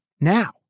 now